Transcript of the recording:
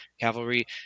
cavalry